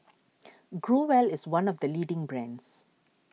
Growell is one of the leading brands